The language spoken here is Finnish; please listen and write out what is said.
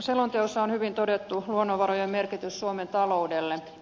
selonteossa on hyvin todettu luonnonvarojen merkitys suomen taloudelle